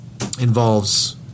involves